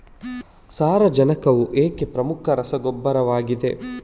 ಸಾರಜನಕವು ಏಕೆ ಪ್ರಮುಖ ರಸಗೊಬ್ಬರವಾಗಿದೆ?